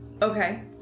Okay